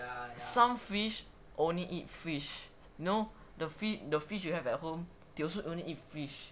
some fish only eat fish you know the fish the fish you have at home they also only eat fish